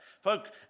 Folk